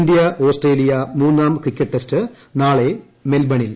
India Australia മൂന്നാം cricket test നാളെ മെൽബണിൽ